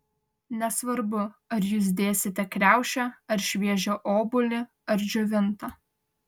nesvarbu ar jūs dėsite kriaušę ar šviežią obuolį ar džiovintą